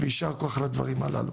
וישר כוח על הדברים הללו,